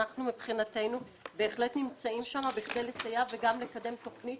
אנחנו מבחינתנו בהחלט נמצאים שם כדי לסייע וגם לקדם תוכנית